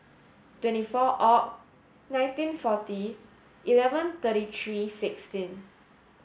twenty four Oct nineteen forty eleven thirty three sixteen